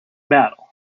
battle